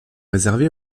réservés